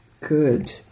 Good